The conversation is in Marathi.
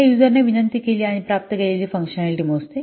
हे यूजरने विनंती केली आणि प्राप्त केलेली फंकशनॅलिटी मोजते